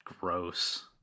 gross